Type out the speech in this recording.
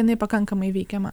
jinai pakankamai įveikiama